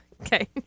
Okay